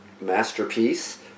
masterpiece